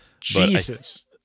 Jesus